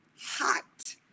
hot